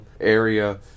area